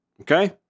Okay